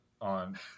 on